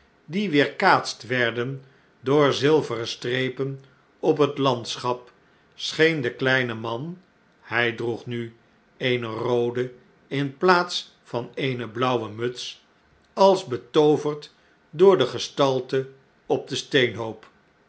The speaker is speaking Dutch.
die weerkaatst werden door zilveren strepen op het landschap scheen de kleine man hjj droeg nu eene roode in plaats van eene blauwe muts als betooverd door de gestalte op den steenhoop